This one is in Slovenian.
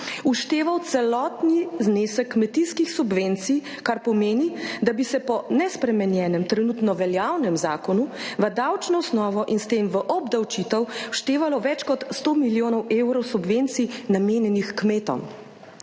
všteval celotni znesek kmetijskih subvencij, kar pomeni, da bi se po nespremenjenem trenutno veljavnem zakonu v davčno osnovo in s tem v obdavčitev vštevalo več kot 100 milijonov evrov subvencij namenjenih kmetom.